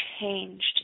changed